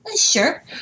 Sure